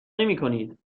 نمیکنید